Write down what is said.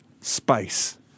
space